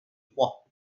trois